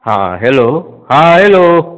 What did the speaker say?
हाँ हेल्लो हाँ हेल्लो